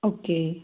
okay